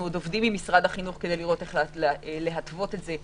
עובדים עם משרד החינוך כדי לראות איך להתוות את זה,